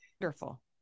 Wonderful